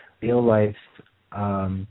real-life